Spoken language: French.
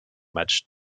matchs